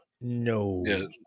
no